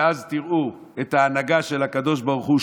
ואז תראו את ההנהגה של הקדוש ברוך הוא,